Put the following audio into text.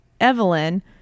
Evelyn